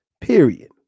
Period